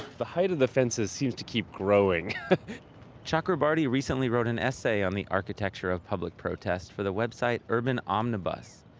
the height of the fences seems to keep growing chakrabarti recently wrote an essay on the architecture of public protest for the website urban omnibus.